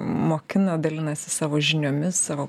mokina dalinasi savo žiniomis savo